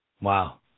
Wow